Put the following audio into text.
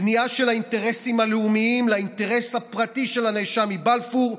כניעה של האינטרסים הלאומיים לאינטרס הפרטי של הנאשם מבלפור,